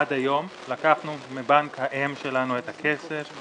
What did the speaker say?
עד היום לקחנו מבנק האם שלנו את הכסף.